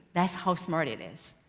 that's how smart it is.